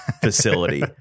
facility